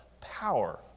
power